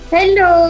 Hello